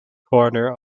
corner